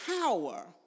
power